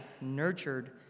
nurtured